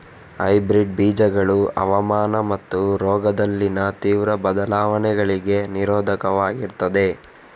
hybrid ಬೀಜಗಳು ಹವಾಮಾನ ಮತ್ತು ರೋಗದಲ್ಲಿನ ತೀವ್ರ ಬದಲಾವಣೆಗಳಿಗೆ ನಿರೋಧಕವಾಗಿರ್ತದೆ